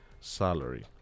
salary